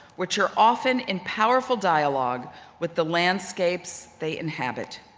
which are often in powerful dialogue with the landscapes they inhabit.